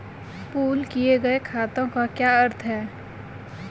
Pool किए गए खातों का क्या अर्थ है?